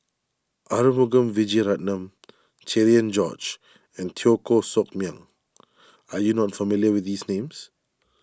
Arumugam Vijiaratnam Cherian George and Teo Koh Sock Miang are you not familiar with these names